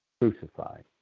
crucified